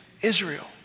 Israel